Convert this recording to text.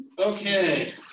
Okay